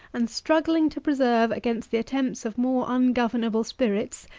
and struggling to preserve, against the attempts of more ungovernable spirits,